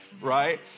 right